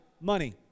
money